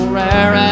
rare